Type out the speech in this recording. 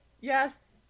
yes